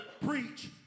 preach